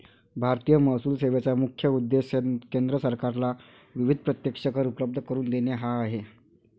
भारतीय महसूल सेवेचा मुख्य उद्देश केंद्र सरकारला विविध प्रत्यक्ष कर उपलब्ध करून देणे हा आहे